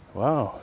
wow